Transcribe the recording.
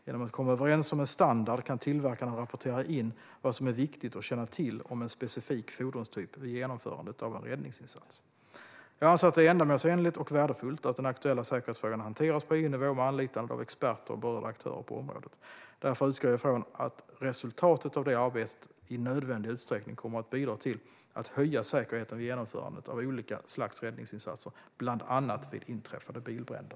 Genom att komma överens om en standard kan tillverkarna rapportera in vad som är viktigt att känna till om en specifik fordonstyp vid genomförandet av en räddningsinsats. Jag anser att det är ändamålsenligt och värdefullt att den aktuella säkerhetsfrågan hanteras på EU-nivå med anlitande av experter och berörda aktörer på området. Därför utgår jag från att resultatet av arbetet i nödvändig utsträckning kommer att bidra till att höja säkerheten vid genomförandet av olika slags räddningsinsatser, bland annat vid inträffade bilbränder.